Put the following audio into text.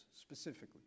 specifically